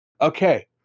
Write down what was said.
okay